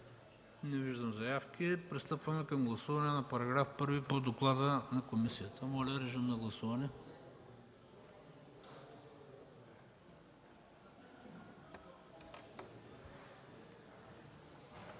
Не виждам заявки. Пристъпваме към гласуване на § 1 по доклада на комисията. Моля, режим на гласуване.